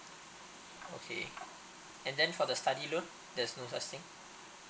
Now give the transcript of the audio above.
okay and then for the study loan there's no such thing